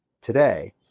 today